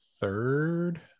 third